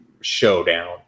showdown